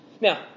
Now